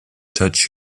touch